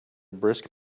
brisk